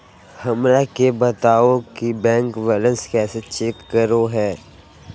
हमरा के बताओ कि बैंक बैलेंस कैसे चेक करो है?